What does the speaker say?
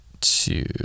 two